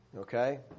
Okay